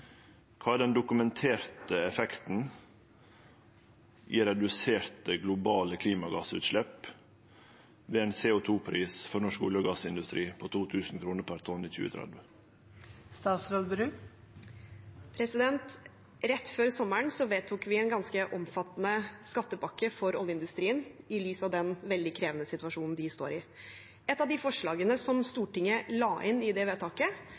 Kva er den dokumenterte effekten i reduserte globale klimagassutslepp ved ein CO 2 -pris for norsk olje- og gassindustri på 2 000 kr per tonn i 2030? Rett før sommeren vedtok vi en ganske omfattende skattepakke for oljeindustrien i lys av den veldig krevende situasjonen de står i. Et av de forslagene som Stortinget la inn i det vedtaket,